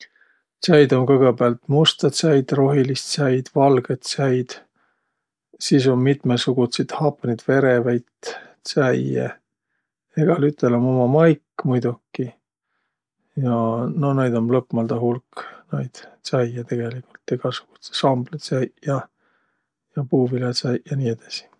Tsäid um kõgõpäält musta tsäid, rohilist tsäid, valgõt tsäid. Sis um mitmõsugutsit hapnit verevit tsäie. Egälütel um uma maik muidoki ja no naid um lõpmaldaq hulk naid tsäie tegeligult, egäsugudsõq samblõtsäiq ja, ja puuvilätsäiq ja nii edesi.